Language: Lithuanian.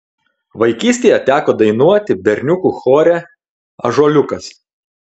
vaikystėje teko dainuoti berniukų chore ąžuoliukas